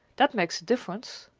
that makes a difference.